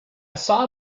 saw